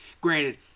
granted